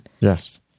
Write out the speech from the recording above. yes